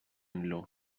niló